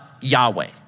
Yahweh